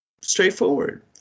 straightforward